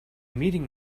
meeting